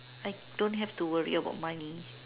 I don't have to worry about money